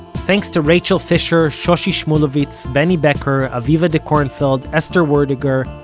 thanks to rachel fisher, shoshi shmuluvitz, benny becker, aviva dekornfeld, esther werdiger,